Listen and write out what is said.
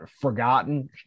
forgotten